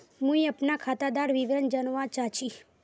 मुई अपना खातादार विवरण जानवा चाहची?